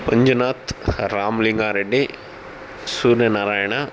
Manjunath Ramalingareddy Suryanarayana